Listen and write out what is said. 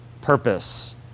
purpose